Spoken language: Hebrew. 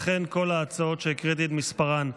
כל ההצעות שהקראתי את מספריהן,